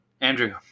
Andrew